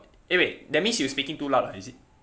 eh wait that means you speaking too loud ah is it